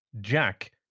Jack